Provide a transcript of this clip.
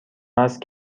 است